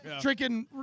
Drinking